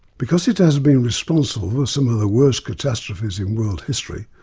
because it has been responsible for some of the worst catastrophes in world history,